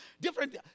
different